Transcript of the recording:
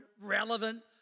relevant